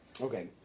Okay